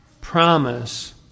promise